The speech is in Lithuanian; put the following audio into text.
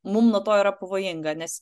mum nuo to yra pavojinga nes